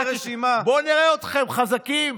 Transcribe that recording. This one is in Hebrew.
בואו נראה אתכם חזקים,